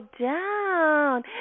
down